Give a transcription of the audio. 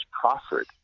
proffered